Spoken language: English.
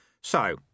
So